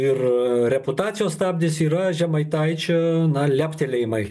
ir reputacijos stabdis yra žemaitaičio leptelėjimai